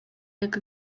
jak